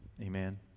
Amen